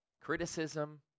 criticism